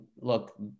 look